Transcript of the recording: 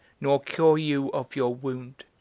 nor cure you of your wound.